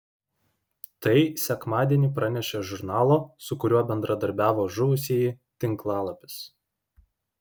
tai sekmadienį pranešė žurnalo su kuriuo bendradarbiavo žuvusieji tinklalapis